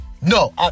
No